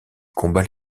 combat